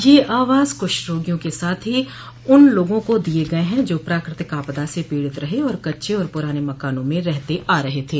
ये आवास कुष्ठ रोगियों के साथ ही उन लोगों को दिये गये है जो प्राकृतिक आपदा से पीड़ित रहे और कच्चे और पूराने मकानों में रहते आ रहे थे